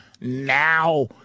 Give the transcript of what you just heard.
Now